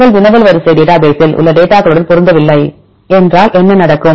உங்கள் வினவல் வரிசை டேட்டா பேசில் உள்ள டேட்டா களுடன் பொருந்தவில்லை என்றால் என்ன நடக்கும்